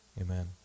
Amen